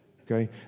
okay